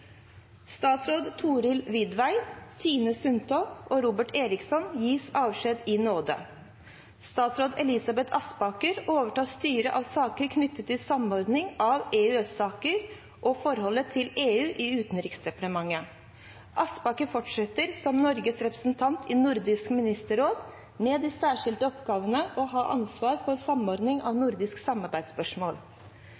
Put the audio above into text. Statsråd Elisabeth Aspaker overtar styret av saker knyttet til samordning av EØS-saker og forholdet til EU i Utenriksdepartementet. Aspaker fortsetter som Norges representant i Nordisk ministerråd med den særlige oppgave å ha ansvaret for samordningen av nordiske samarbeidsspørsmål.